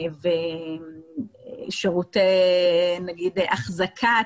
שירותי החזקה,